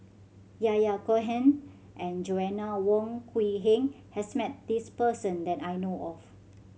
Yahya Cohen and Joanna Wong Quee Heng has met this person that I know of